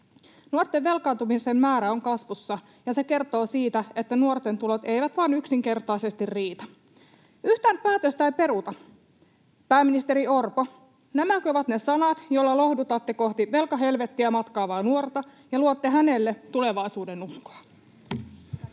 Nuorten velkaantumisen määrä on kasvussa, ja se kertoo siitä, että nuorten tulot eivät vaan yksinkertaisesti riitä. ”Yhtään päätöstä ei peruta.” Pääministeri Orpo, nämäkö ovat ne sanat, joilla lohdutatte kohti velkahelvettiä matkaavaa nuorta ja luotte hänelle tulevaisuudenuskoa?